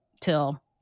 till